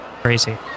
Crazy